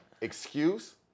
excuse